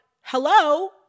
hello